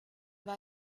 war